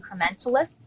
incrementalists